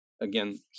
Again